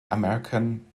american